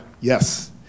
yes